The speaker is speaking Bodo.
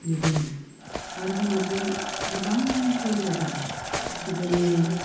बिदिनो आरो जोंनाव बे गोबां फोरबो दं बिदिनो